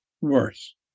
worse